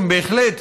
הן בהחלט,